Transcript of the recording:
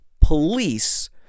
police